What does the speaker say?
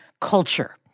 culture